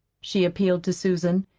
she appealed to susan.